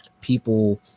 people